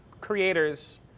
creators